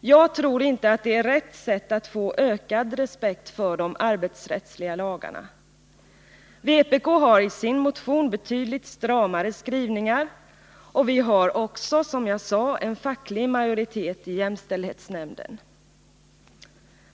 Jag tror inte att det är rätt sätt att få ökad respekt för de arbetsrättsliga lagarna. Vpk har i sin motion betydligt stramare skrivningar, och vi har också, som jag sade, föreslagit en facklig majoritet i jämställdhetsnämnden.